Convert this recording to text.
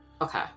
Okay